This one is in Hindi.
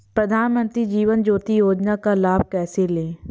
प्रधानमंत्री जीवन ज्योति योजना का लाभ कैसे लें?